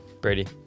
Brady